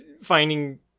finding